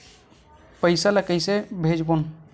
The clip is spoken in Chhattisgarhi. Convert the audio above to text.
पईसा ला कइसे भेजबोन?